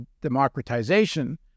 democratization